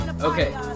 Okay